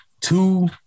two